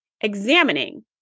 examining